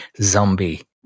zombie